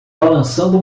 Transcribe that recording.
balançando